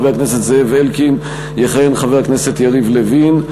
הכנסת זאב אלקין יכהן חבר הכנסת יריב לוין.